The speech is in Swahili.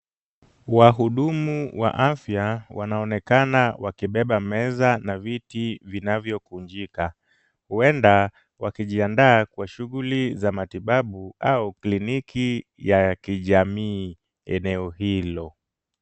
Wahudumu wa afya, wanaonekana wakibeba meza na viti vinavyokunjika. Huenda wanajiandaa kwa shughuli za matibabu au kliniki ya kijamii eneo hilo.